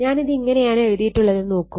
ഞാനിതെങ്ങനെയാണ് എഴുതിയിട്ടുള്ളതെന്ന് നോക്കൂ